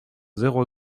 zéro